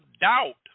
doubt